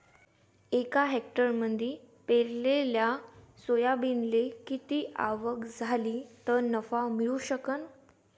एका हेक्टरमंदी पेरलेल्या सोयाबीनले किती आवक झाली तं नफा मिळू शकन?